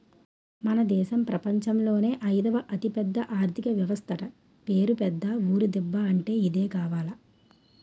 మన దేశం ప్రపంచంలోనే అయిదవ అతిపెద్ద ఆర్థిక వ్యవస్థట పేరు పెద్ద ఊరు దిబ్బ అంటే ఇదే కావాల